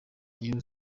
iyo